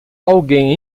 alguém